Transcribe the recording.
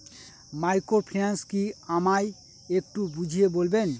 Microfinance কি আমায় একটু বুঝিয়ে বলবেন?